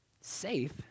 Safe